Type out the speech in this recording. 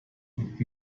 und